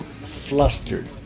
flustered